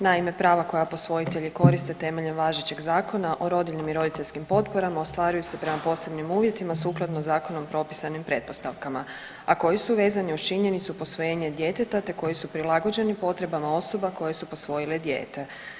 Naime, prava koja posvojitelji koriste temeljem važećeg Zakona o rodiljnim i roditeljskim potporama ostvaruju se prema posebnim uvjetima sukladno zakonom propisanim pretpostavkama, a koji su vezani uz činjenicu posvojenje djeteta te koji su prilagođeni potrebama osoba koja se posvojile dijete.